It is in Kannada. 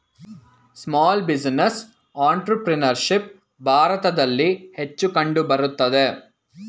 ಸ್ಮಾಲ್ ಬಿಸಿನೆಸ್ ಅಂಟ್ರಪ್ರಿನರ್ಶಿಪ್ ಭಾರತದಲ್ಲಿ ಹೆಚ್ಚು ಕಂಡುಬರುತ್ತದೆ